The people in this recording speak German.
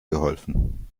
geholfen